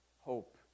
hope